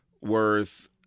worth